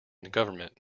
government